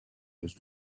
was